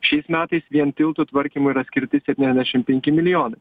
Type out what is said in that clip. šiais metais vien tiltų tvarkymui yra skirti septyniasdešim penki milijonai